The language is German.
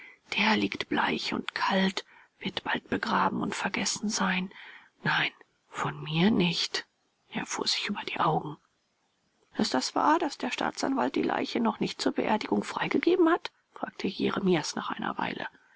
der liegt bleich und kalt wird bald begraben und vergessen sein nein von mir nicht er fuhr sich über die augen ist das wahr daß der staatsanwalt die leiche noch nicht zur beerdigung freigegeben hat fragte jeremias nach einer weile